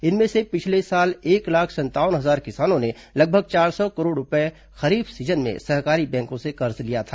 इनमें से पिछले साल एक लाख संतावन हजार किसानों ने लगभग चार सौ करोड़ रूपये खरीफ सीजन में सहकारी बैंकों से कर्ज लिया था